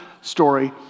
story